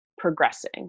progressing